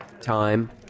time